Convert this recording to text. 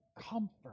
comfort